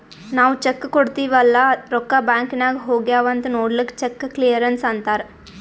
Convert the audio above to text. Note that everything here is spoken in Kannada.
ನಾವ್ ಚೆಕ್ ಕೊಡ್ತಿವ್ ಅಲ್ಲಾ ರೊಕ್ಕಾ ಬ್ಯಾಂಕ್ ನಾಗ್ ಹೋಗ್ಯಾವ್ ಅಂತ್ ನೊಡ್ಲಕ್ ಚೆಕ್ ಕ್ಲಿಯರೆನ್ಸ್ ಅಂತ್ತಾರ್